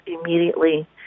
immediately